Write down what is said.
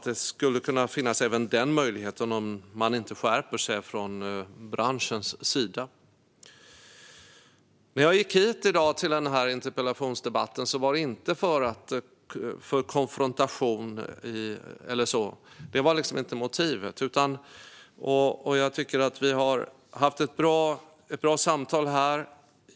Så uppfattar jag det, men ministern har ju ett anförande kvar och kan rätta till det ifall det inte stämmer. När jag gick hit i dag till den här interpellationsdebatten var motivet inte konfrontation. Jag tycker att vi har haft ett bra samtal här.